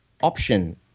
option